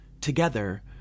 Together